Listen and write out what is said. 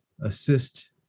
assist